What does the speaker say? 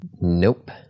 Nope